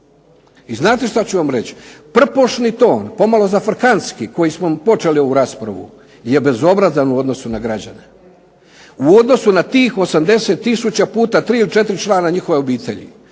I znate šta ću vam reći, prpošni ton, pomalo zafrkantski kojim smo počeli ovu raspravu je bezobrazan u odnosu na građane, u odnosu na tih 80 tisuća puta 3 ili 4 člana njihove obitelji.